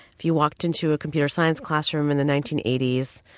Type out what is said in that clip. if you walked into a computer science classroom in the nineteen eighty s,